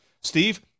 Steve